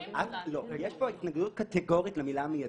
יש פה התנגדות קטגורית למילה מיידי.